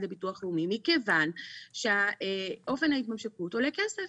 לביטוח לאומי מכיוון שאופן ההתממשקות עולה כסף.